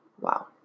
wow